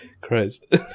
christ